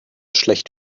schlecht